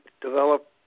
develop